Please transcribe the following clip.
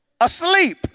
asleep